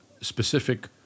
specific